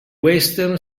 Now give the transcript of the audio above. western